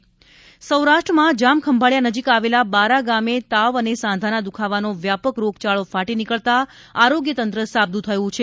ખંભાળીયા ભેદી રોગચાળો સૌરાષ્ટ્રમાં જામખંભાળીયા નજીક આવેલા બારા ગામે તાવ અને સાંધાના દુઃખાવાનો વ્યાપક રોગચાળો ફાટી નીકળતા આરોગ્યતંત્ર સાબદું થયું છે